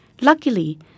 Luckily